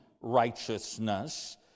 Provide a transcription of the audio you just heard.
righteousness